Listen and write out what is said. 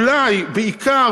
אולי בעיקר,